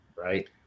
right